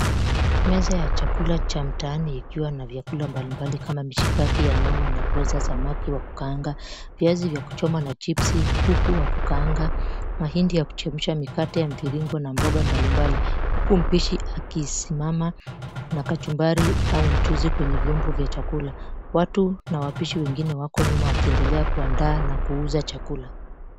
Meza ya chakula cha mtaani ikiwa na vyakula mbalimbali kama mishikaki ya nyama na pweza, samaki wa kukaangwa, viazi vya kuchomwa na chipsi, kuku wa kukaanga, mahindi ya kuchemsha, mikate ya mviringo na mboga mbalimbali huku mpishi akisimama na kachumbari au mchuuzi kwenye vyombo vya chakula. Watu na wapishi wengine wako mbele wakiendelea kuandaa na kuuza chakula.